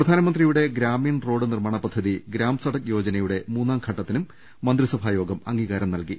പ്രധാനമന്ത്രിയുടെ ഗ്രാമീണറോഡ് നിർമാണ പദ്ധതി ഗ്രാം സഡക്ക് യോജനയുടെ മൂന്നാംഘട്ടത്തിനും മന്ത്രിസഭാ യോഗം അംഗീകാരം നൽകി